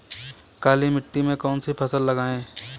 काली मिट्टी में कौन सी फसल लगाएँ?